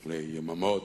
ליממות,